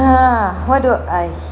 ya what do !hais!